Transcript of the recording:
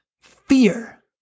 fear